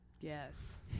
Yes